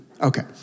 Okay